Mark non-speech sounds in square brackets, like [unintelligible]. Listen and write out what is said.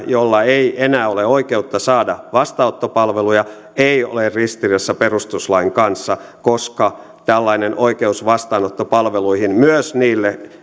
joilla ei enää ole oikeutta saada vastaanottopalveluja ei ole ristiriidassa perustuslain kanssa koska tällainen oikeus vastaanottopalveluihin myös niille [unintelligible]